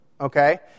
okay